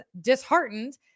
disheartened